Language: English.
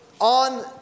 on